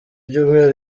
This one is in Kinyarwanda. ibyumweru